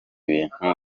bintu